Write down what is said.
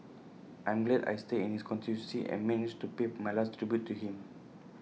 I'm glad I stay in his constituency and managed to pay my last tribute to him